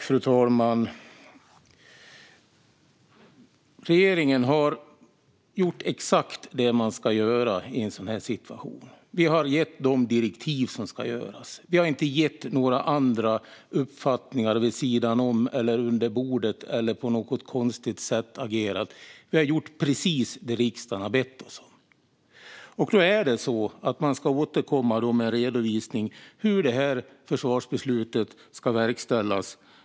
Fru talman! Regeringen har gjort exakt det man ska göra i en sådan här situation. Vi har gett de direktiv som ska ges. Vi har inte gett uttryck för några andra uppfattningar vid sidan om eller under bordet eller agerat på något konstigt sätt. Vi har gjort precis det riksdagen har bett oss om. Nu ska man återkomma med en redovisning av hur försvarsbeslutet ska verkställas.